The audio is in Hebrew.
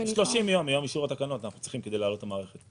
30 יום מיום אישור התקנות אנחנו צריכים כדי להעלות את המערכת.